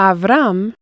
Avram